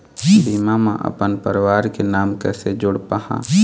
बीमा म अपन परवार के नाम कैसे जोड़ पाहां?